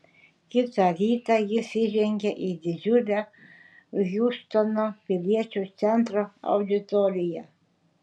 kitą rytą jis įžengė į didžiulę hjustono piliečių centro auditoriją